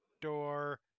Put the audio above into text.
door